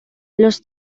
los